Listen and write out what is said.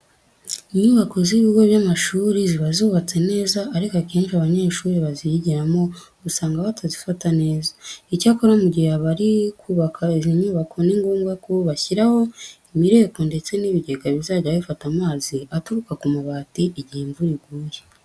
Inyubako z'ibigo by'amashuri ziba zubatse neza ariko akenshi abanyeshuri bazigiramo usanga batazifata neza. Icyakora mu gihe bari kubaka izi nyubako ni ngombwa ko bashyiraho imireko ndetse n'ibigega bizajya bifata amazi aturuka ku mabati igihe imvura iguye.